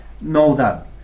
know-that